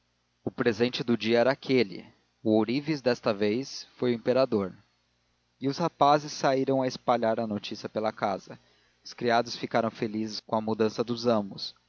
o pai aos filhos e os rapazes saíram a espalhar a notícia pela casa os criados ficaram felizes com a mudança dos amos